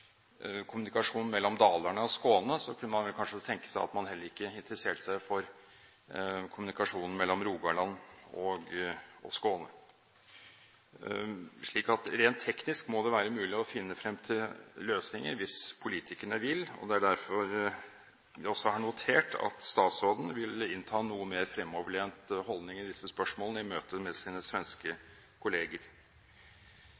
kommunikasjonen mellom Dalarna og Skåne, kunne tenke seg at man heller ikke interesserte seg for kommunikasjonen mellom Rogaland og Skåne. Rent teknisk må det være mulig å finne frem til løsninger hvis politikerne vil. Derfor har jeg også notert meg at statsråden vil innta en noe mer fremoverlent holdning i disse spørsmålene i møte med sine svenske